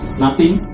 nothing,